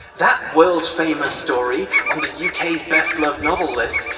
that world famous story on the uk's best loved novel list,